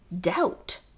doubt